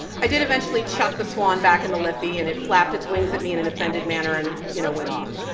i did eventually chuck the swan back in the liffey and it flapped its wings at me in an offended manner and, you know, went off.